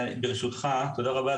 תודה רבה.